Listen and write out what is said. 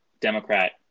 Democrat